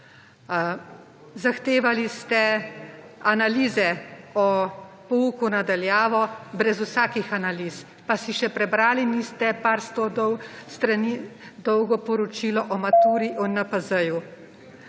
Zahtevali ste analize o pouku na daljavo brez vsakih analiz, pa si še prebrali niste nekaj sto strani dolgo poročilo o maturi, o NPZ.